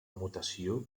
mutació